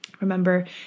Remember